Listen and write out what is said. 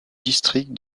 district